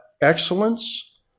excellence